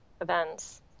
events